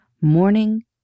morning